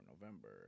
November